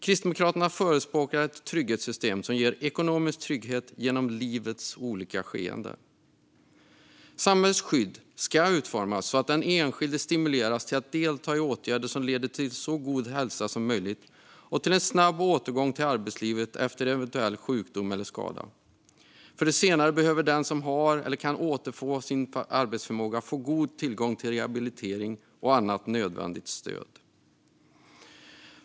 Kristdemokraterna förespråkar ett trygghetssystem som ger ekonomisk trygghet genom livets olika skeden. Samhällets skydd ska utformas så att den enskilde stimuleras till att delta i åtgärder som leder till en så god hälsa som möjligt och till en snabb återgång till arbetslivet efter eventuell sjukdom eller skada. För det senare behöver den som har eller kan återfå en arbetsförmåga få god tillgång till rehabilitering och annat nödvändigt stöd.